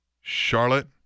Charlotte